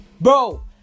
Bro